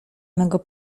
mego